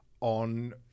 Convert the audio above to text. on